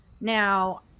Now